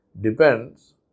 depends